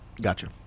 Gotcha